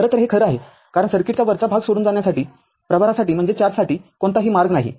खरं तर हे खरं आहे कारण सर्किटचा वरचा भाग सोडून जाण्यासाठी प्रभारासाठी कोणताही मार्ग नाही